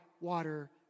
water